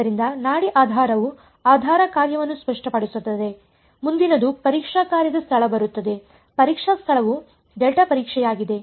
ಆದ್ದರಿಂದ ನಾಡಿ ಆಧಾರವು ಆಧಾರ ಕಾರ್ಯವನ್ನು ಸ್ಪಷ್ಟಪಡಿಸುತ್ತದೆ ಮುಂದಿನದು ಪರೀಕ್ಷಾ ಕಾರ್ಯದ ಸ್ಥಳ ಬರುತ್ತದೆ ಪರೀಕ್ಷಾ ಸ್ಥಳವು ಡೆಲ್ಟಾ ಪರೀಕ್ಷೆಯಾಗಿದೆ